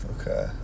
Okay